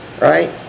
right